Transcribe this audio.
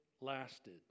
lasted